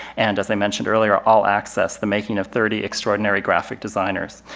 and as i mentioned earlier, all access the making of thirty extraordinary graphic designers,